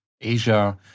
Asia